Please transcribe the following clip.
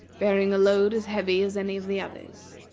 bearing a load as heavy as any of the others.